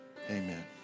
Amen